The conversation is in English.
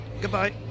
Goodbye